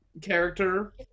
character